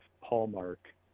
hallmark